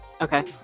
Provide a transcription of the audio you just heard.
Okay